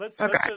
Okay